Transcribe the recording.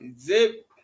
Zip